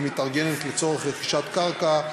המתארגנת לצורך רכישת קרקע,